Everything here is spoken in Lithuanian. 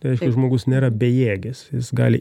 reiškia žmogus bejėgis jis gali